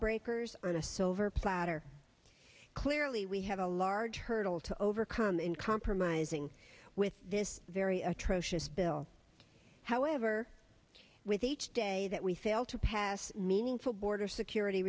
breakers on a silver platter clearly we have a large hurdle to overcome in compromising with this very atrocious bill however with each day that we fail to pass meaningful border security